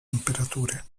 temperature